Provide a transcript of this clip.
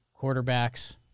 quarterbacks